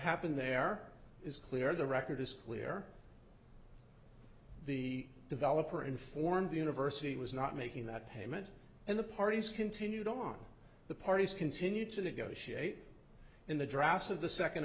happened there is clear the record is clear the developer informed the university was not making that payment and the parties continued on the parties continued to negotiate in the drafts of the second